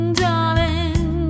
darling